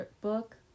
book